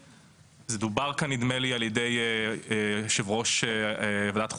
נדמה לי דובר כאן על ידי יושב-ראש ועדת חוקה,